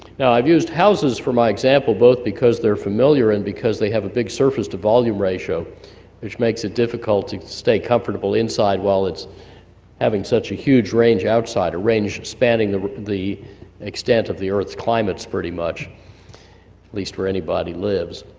now i've used houses for my example both because they're familiar, and because they have a big surface to volume ratio which makes it difficult to stay comfortable inside while it's having such a huge range outside, a range spanning the extent of the earth's climate pretty much at least where anybody lives,